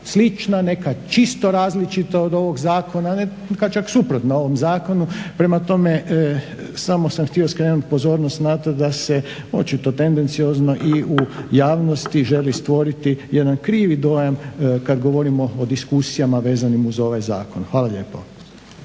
neka čisto različita od ovog zakona, neka čak suprotna ovom zakonu. Prema tome, samo sam htio skrenuti pozornost na to da se očito tendenciozno i u javnosti želi stvoriti jedan krivi dojam kada govorimo o diskusijama vezanim uz ovaj zakon. Hvala lijepo.